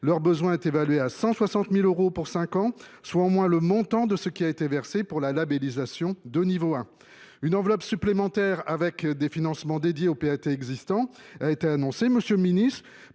les besoins sont évalués à 160 000 euros pour cinq ans, soit au moins le montant de ce qui a été versé pour la labellisation de niveau 1. Une enveloppe supplémentaire prévoyant des financements pour les PAT existants a été annoncée. Monsieur le ministre,